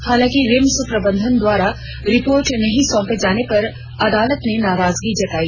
हालांकि रिम्स प्रबंधन द्वारा रिपोर्ट नहीं सौपे जाने पर अदालत ने नाराजगी जताई